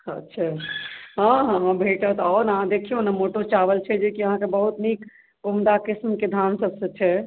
अच्छा हँ हँ हँ भेटत आउ ने अहाँ देखियौ ने मोटो चावल छै जे अहाँकेँ बहुत नीक उम्दा किस्मके धान सबसँ छै